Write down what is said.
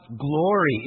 glory